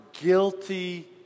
guilty